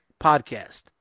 podcast